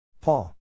Paul